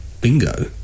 bingo